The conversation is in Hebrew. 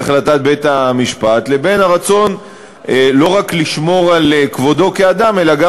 החלטת בית-המשפט ואת הרצון לא רק לשמור על כבודו כאדם אלא גם